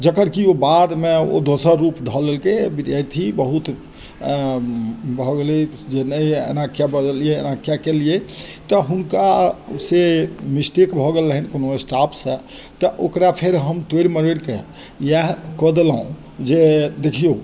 जकर कि ओ बादमे ओ दोसर रूप धऽ लेलकै विद्यार्थी बहुत भऽ गेलै जे नहि एना किए बजलिए एना किए केलिए तऽ हुनकासँ मिस्टेक भऽ गेल रहनि कोनो स्टाफसँ तऽ ओकरा फेर हम तोड़ि मरोड़िकऽ इएह कऽ देलहुँ जे देखिऔ